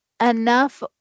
enough